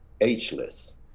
ageless